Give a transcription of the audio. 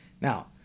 Now